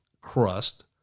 crust